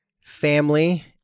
family